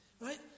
Right